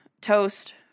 Toast